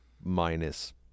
minus